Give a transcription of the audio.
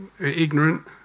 ignorant